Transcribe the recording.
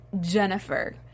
Jennifer